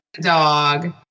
dog